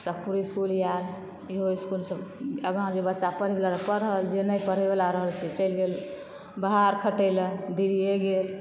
Sakri school याएल इहो इस्कूलसऽ आगाँ जे बच्चा पढ़ैबला रहल पढ़ल जे नै पढ़ैबला रहल से चैल गेल बहार खटै लेए दिल्लीए गेल